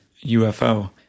UFO